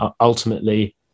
Ultimately